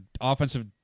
offensive